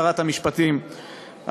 שרת המשפטים,